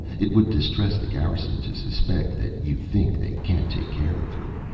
it would distress the garrison to suspect that you think they can't take care of her.